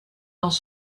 dans